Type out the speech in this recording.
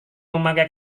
memakai